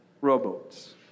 rowboats